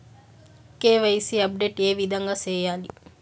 KYC update ఏ విధంగా సేయాలి?